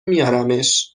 میارمش